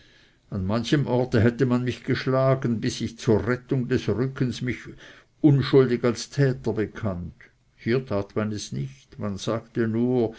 an manchem ort hätte man mich geschlagen bis ich zur rettung des rückens mich unschuldig als täter bekannt hier tat man es nicht man sagte nur